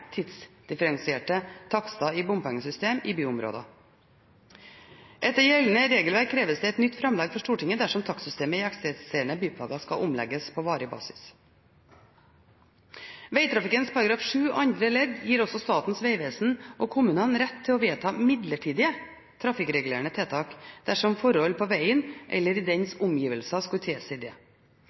tidsdifferensierte takster i bompengesystem i byområder. Etter gjeldende regelverk kreves det nytt framlegg for Stortinget dersom takstsystemet i eksisterende bypakker skal omlegges på varig basis. Vegtrafikkloven § 7 andre ledd gir også Statens vegvesen og kommunene rett til å vedta midlertidige trafikkregulerende tiltak dersom forhold på veien eller i dens omgivelser skulle tilsi